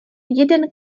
jeden